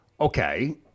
Okay